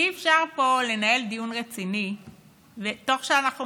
ואי-אפשר פה לנהל דיון רציני תוך שאנחנו